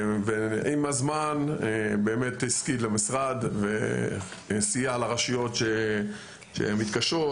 עם הזמן באמת השכיל המשרד וסייע לרשויות שמתקשות,